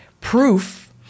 proof